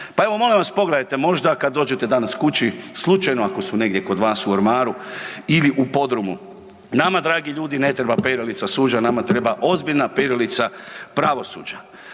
Pa evo, molim vas, pogledajte, možda kad dođete danas kući, slučajno ako su negdje kod vas u ormaru ili u podrumu. Nama dragi ljudi, ne treba perilica suđa, nama treba ozbiljna perilica pravosuđa